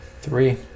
Three